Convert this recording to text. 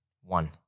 One